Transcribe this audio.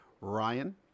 ryan